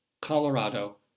Colorado